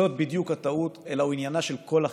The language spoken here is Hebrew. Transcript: זאת בדיוק הטעות, הוא עניינה של כל החברה.